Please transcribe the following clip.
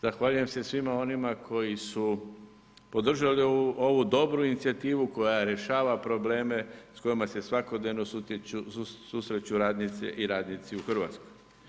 Zahvaljujem se svima onima koji su podržali ovu dobru inicijativu koja rješava probleme s kojima se svakodnevno susreću radnice i radnici u Hrvatskoj.